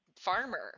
farmer